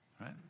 right